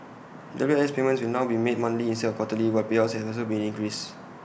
W I S payments will now be made monthly instead of quarterly while payouts have also been increased